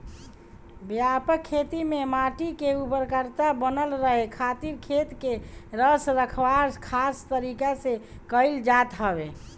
व्यापक खेती में माटी के उर्वरकता बनल रहे खातिर खेत के रख रखाव खास तरीका से कईल जात हवे